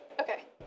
Okay